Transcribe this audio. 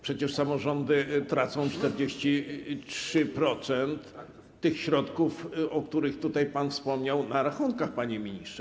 Przecież samorządy tracą 43% tych środków, o których tutaj pan wspomniał, na rachunkach, panie ministrze.